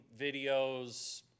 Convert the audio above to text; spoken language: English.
videos